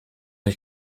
ich